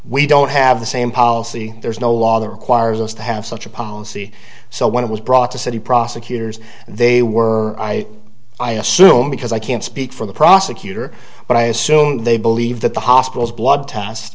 we don't have the same policy there's no law that ours was to have such a policy so when it was brought to city prosecutors they were i i assume because i can't speak for the prosecutor but i assume they believe that the hospital's blood test